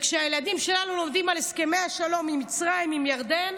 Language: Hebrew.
כשהילדים שלנו לומדים על הסכמי השלום עם מצרים ועם ירדן,